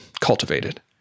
cultivated